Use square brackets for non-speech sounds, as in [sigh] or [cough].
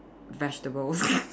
vegetables [laughs]